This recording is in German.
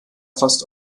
fast